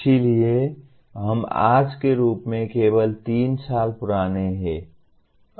इसलिए हम आज के रूप में केवल 3 साल पुराने हैं